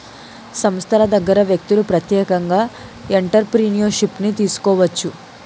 సంస్థల దగ్గర వ్యక్తులు ప్రత్యేకంగా ఎంటర్ప్రిన్యూర్షిప్ను తీసుకోవచ్చు